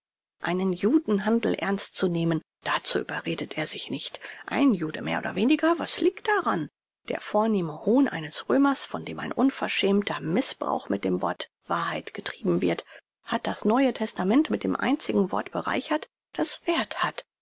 einen judenhandel ernst zu nehmen dazu überredet er sich nicht ein jude mehr oder weniger was liegt daran der vornehme hohn eines römers vor dem ein unverschämter mißbrauch mit dem wort wahrheit getrieben wird hat das neue testament mit dem einzigen wort bereichert das werth hat